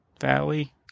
valley